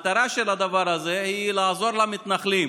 המטרה של הדבר הזה היא לעזור למתנחלים